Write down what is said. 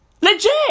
Legit